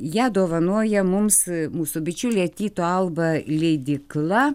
ją dovanoja mums mūsų bičiulė tyto alba leidykla